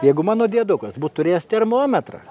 jeigu mano diedukas būt turėjęs termometrą